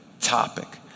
topic